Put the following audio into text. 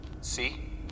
See